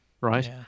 right